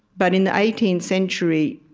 but in the eighteenth century,